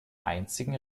einzigen